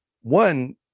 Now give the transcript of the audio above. one